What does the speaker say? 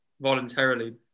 voluntarily